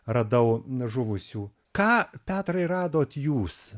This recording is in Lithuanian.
radau žuvusių ką petrai radot jūs